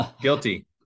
guilty